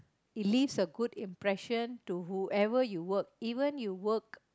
it leaves a good impression to whoever you work